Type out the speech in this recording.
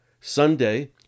Sunday